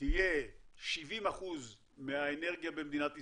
תהיה 70% מהאנרגיה במדינת ישראל,